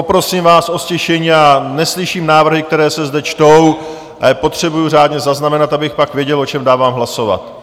Poprosím vás o ztišení, já neslyším návrhy, které se zde čtou, já je potřebuji řádně zaznamenat, abych pak věděl, o čem dávám hlasovat.